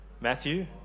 Matthew